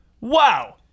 wow